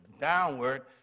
downward